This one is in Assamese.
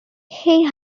সেই